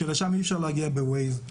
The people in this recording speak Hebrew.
לשם אי אפשר להגיע בווייז,